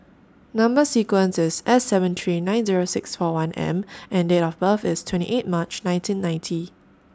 Number sequence IS S seven three nine Zero six four one M and Date of birth IS twenty eighth March nineteen ninety